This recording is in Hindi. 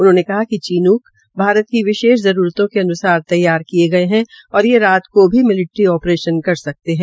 उन्होंने कहा कि चीनूक भारत की विशेष जरूरतों के अन्सार तैयार किए गये है और ये रात को भी मिल्ट्री आप्रेशन कर सकते है